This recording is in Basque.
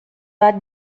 bat